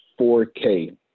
4K